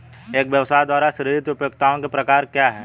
एक व्यवसाय द्वारा सृजित उपयोगिताओं के प्रकार क्या हैं?